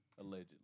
Allegedly